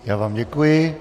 Já vám děkuji.